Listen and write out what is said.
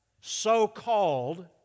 so-called